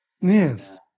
Yes